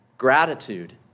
Gratitude